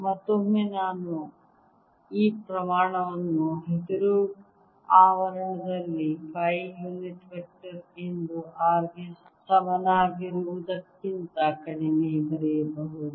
ಮತ್ತೊಮ್ಮೆ ನಾನು ಈ ಪ್ರಮಾಣವನ್ನು ಹಸಿರು ಆವರಣದಲ್ಲಿ ಫೈ ಯುನಿಟ್ ವೆಕ್ಟರ್ ಎಂದು R ಗೆ ಸಮನಾಗಿರುವುದಕ್ಕಿಂತ ಕಡಿಮೆ ಬರೆಯಬಹುದು